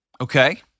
Okay